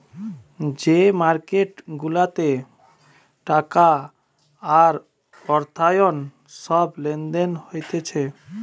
যে মার্কেট গুলাতে টাকা আর অর্থায়ন সব লেনদেন হতিছে